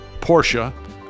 Porsche